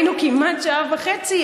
היינו כמעט שעה וחצי.